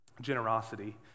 generosity